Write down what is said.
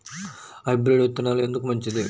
Hybrid విత్తనాలు ఎందుకు మంచిది?